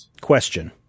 Question